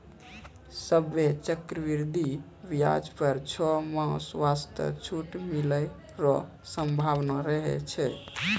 सभ्भे चक्रवृद्धि व्याज पर छौ मास वास्ते छूट मिलै रो सम्भावना रहै छै